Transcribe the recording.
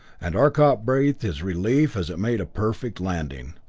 and arcot breathed his relief as it made a perfect landing,